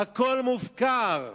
הכול מופקר.